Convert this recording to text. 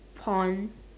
pond